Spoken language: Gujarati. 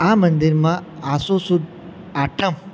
આ મંદિરમાં આસો સુદ આઠમ